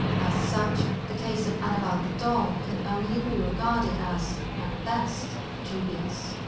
as such, the case of annabelle the doll can only be regarded as, at best, dubious.